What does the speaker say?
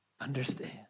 understand